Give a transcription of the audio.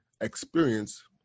experience